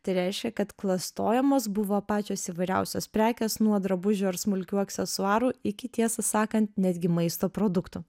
tai reiškia kad klastojamos buvo pačios įvairiausios prekės nuo drabužių ar smulkių aksesuarų iki tiesą sakant netgi maisto produktų